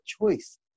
choice